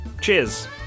Cheers